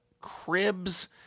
cribs